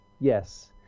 Yes